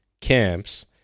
camps